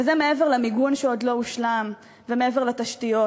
וזה מעבר למיגון שעוד לא הושלם ומעבר לתשתיות.